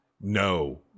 no